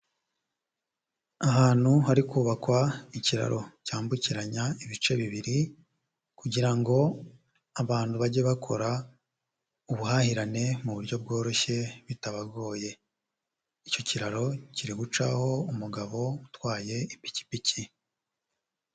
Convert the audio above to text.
Ahantu hari kubakwa ikiraro cyambukiranya ibice bibiri kugira ngo abantu bajye bakora ubuhahirane mu buryo bworoshye bitabagoye. Icyo kiraro kiri gucaho umugabo utwaye ipikipiki.